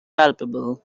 palpable